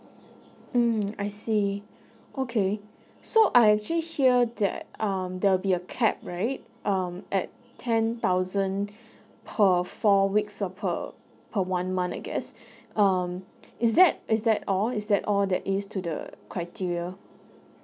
mm I see okay so I actually hear that um there will be a cap right um at ten thousand per four weeks or per per one month I guess um is that is that all is that all that is to the criteria